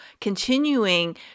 continuing